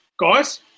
Guys